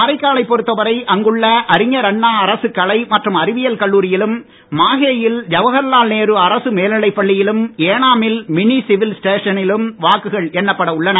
காரைக்காலை பொருத்தவரை அங்குள்ள அறிஞர் அண்ணா அரசு கலை மற்றும் அறிவியல் கல்லூரியிலும் மாஹேயில் ஜவஹர்லால் நேரு அரசு மேல்நிலை பள்ளியிலும் ஏனாமில் மினி சிவில் ஸ்டேஷனிலும் வாக்குகள் எண்ணப்பட உள்ளன